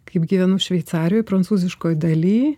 kaip gyvenu šveicarijoj prancūziškoj daly